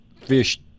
fish